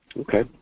Okay